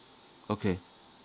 okay